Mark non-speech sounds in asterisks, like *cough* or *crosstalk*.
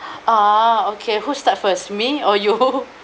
*breath* orh okay who start first me or you *laughs*